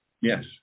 Yes